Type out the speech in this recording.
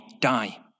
die